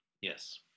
Yes